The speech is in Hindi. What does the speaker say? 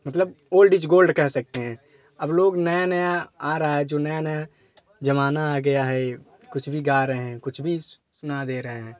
मतलब ओल्ड इज़ गोल्ड कह सकते हैं अब लोग नया नया आ रहा है जो नया नया जमाना आ गया है कुछ भी गा रहे हैं कुछ भी सुना दे रहे हैं